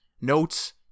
notes